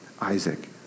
Isaac